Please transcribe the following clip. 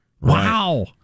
Wow